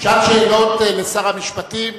שעת שאלות לשר המשפטים.